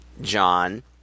John